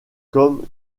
comme